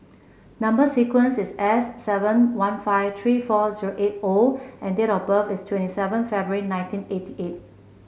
number sequence is S seven one five three four zero eight O and date of birth is twenty seven February nineteen eighty eight